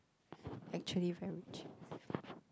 actually very rich